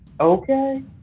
Okay